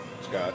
Scott